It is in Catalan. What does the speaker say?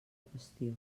qüestió